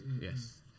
yes